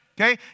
okay